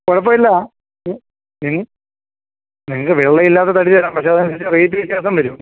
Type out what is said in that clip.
കുഴപ്പമില്ല നിങ്ങൾ നിങ്ങൾ വെള്ള ഇല്ലാതെ തടി തരാം പക്ഷേ അത് അനുസരിച്ച് റേറ്റ് വ്യത്യാസം വരും